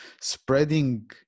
spreading